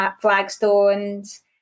flagstones